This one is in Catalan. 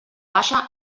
baixa